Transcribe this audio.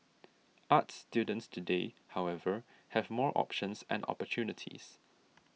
arts students today however have more options and opportunities